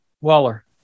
Waller